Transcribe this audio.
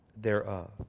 thereof